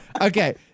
Okay